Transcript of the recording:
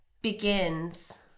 Begins